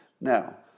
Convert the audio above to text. Now